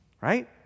right